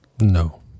No